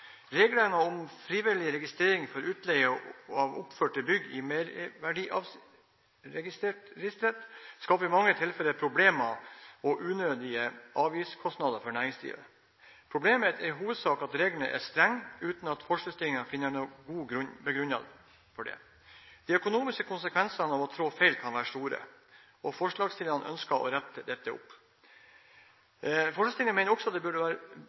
Reglene om frivillig registrering for utleie av oppførte bygg i Merverdiavgiftsregisteret skaper i mange tilfeller problemer og unødige avgiftskostnader for næringsdrivende. Problemet er i hovedsak at reglene er strenge, uten at forslagsstillerne finner at dette er godt begrunnet. De økonomiske konsekvensene av å trå feil kan være store. Forslagsstillerne ønsker å rette dette opp. Forslagsstillerne mener også det burde